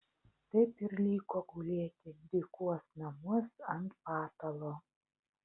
taip ir liko gulėti dykuos namuos ant patalo